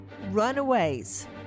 runaways